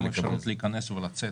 גם אפשרות להיכנס ולצאת.